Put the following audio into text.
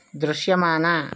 దృశ్యమాన